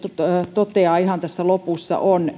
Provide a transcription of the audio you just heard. toteaa ihan tässä lopussa on